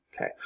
okay